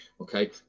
Okay